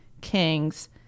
Kings